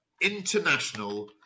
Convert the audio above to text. international